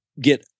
get